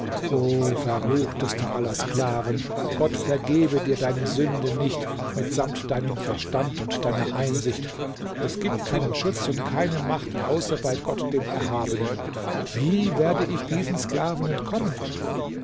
verruchtester aller sklaven gott vergebe dir deine sünde nicht mitsamt deinem verstand und deiner einsicht es gibt keinen schutz und keine macht außer bei gott dem erhabenen wie werde ich diesen sklaven entkommen